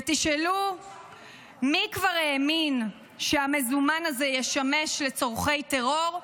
ותשאלו מי כבר האמין שהמזומן הזה ישמש לצורכי טרור,